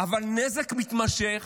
אבל נזק מתמשך